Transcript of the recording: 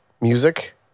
Music